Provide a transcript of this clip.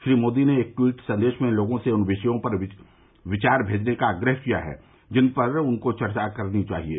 श्री मोदी ने एक ट्वीट संदेश में लोगों से उन विषयों पर विचार भेजने का आग्रह किया है जिन पर उनको चर्चा करनी चाहिये